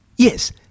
Yes